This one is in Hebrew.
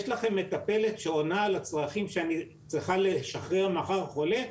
יש לכם את הפלט שעונה על הצרכים שאני צריכה לשחרר מחר חולה?